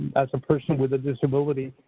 as a person with a disability,